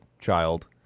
child